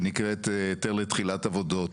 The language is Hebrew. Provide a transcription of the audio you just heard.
שנקראת היתר לתחילת עבודות.